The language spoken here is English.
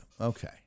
Okay